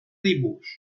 dibuix